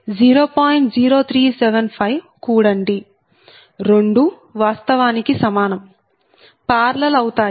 0375 కూడండి రెండూ వాస్తవానికి సమానం పార్లల్ అవుతాయి